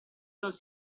non